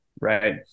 Right